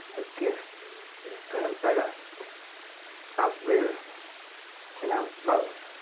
a gift that is gonna let us outlive and outlove